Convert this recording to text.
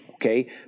okay